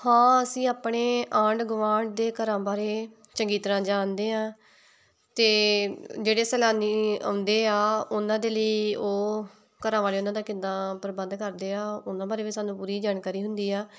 ਹਾਂ ਅਸੀਂ ਆਪਣੇ ਆਂਢ ਗਵਾਂਢ ਦੇ ਘਰਾਂ ਬਾਰੇ ਚੰਗੀ ਤਰ੍ਹਾਂ ਜਾਣਦੇ ਹਾਂ ਅਤੇ ਜਿਹੜੇ ਸੈਲਾਨੀ ਆਉਂਦੇ ਆ ਉਹਨਾਂ ਦੇ ਲਈ ਉਹ ਘਰਾਂ ਵਾਲੇ ਉਹਨਾਂ ਦਾ ਕਿੱਦਾਂ ਪ੍ਰਬੰਧ ਕਰਦੇ ਆ ਉਹਨਾਂ ਬਾਰੇ ਵੀ ਸਾਨੂੰ ਪੂਰੀ ਜਾਣਕਾਰੀ ਹੁੰਦੀ ਆ